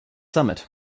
summit